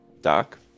Doc